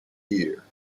ear